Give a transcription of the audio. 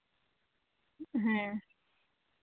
ᱦᱮᱸ